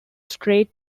straight